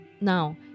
now